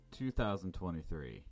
2023